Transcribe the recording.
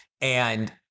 And-